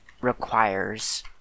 requires